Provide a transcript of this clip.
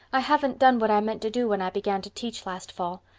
i haven't done what i meant to do when i began to teach last fall.